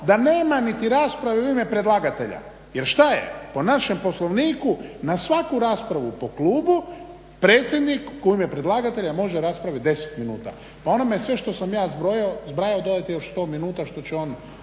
da nema niti rasprave u ime predlagatelja. Jer šta je, po našem poslovniku na svaku raspravu po klubu predsjednik u ime predlagatelja može raspraviti 10 minuta. Pa onome što sam ja sve zbrajao dodajte još 100 minuta što će on